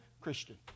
Christian